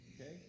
Okay